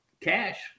cash